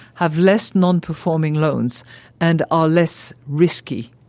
have less nonperforming loans and are less risky.